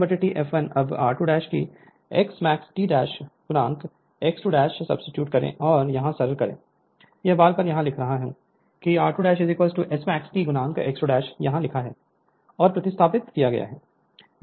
अतः TmaxT fl अब r2 को xmax T x 2 सब्सीट्यूट करें और यहाँ सरल करें यह बार बार यहाँ लिखा गया है कि r2S max T x 2 यहाँ लिखा है और प्रतिस्थापित किया गया